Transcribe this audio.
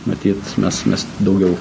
matyt mes mes daugiau